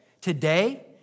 today